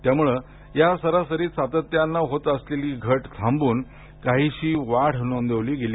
त्यामुळे या सरासरीत सातत्यानं होत सलेली घट थांबून काहिशी वाढ नोंदवली गेली